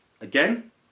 again